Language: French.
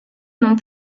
non